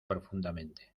profundamente